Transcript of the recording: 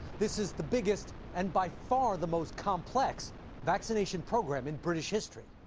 this is the biggest and by far the most complex vaccination program in british history.